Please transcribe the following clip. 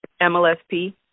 MLSP